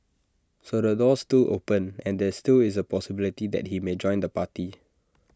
so the door's to open and there still is A possibility that he may join the party